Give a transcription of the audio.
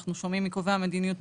אנחנו שומעים מקובעי המדיניות,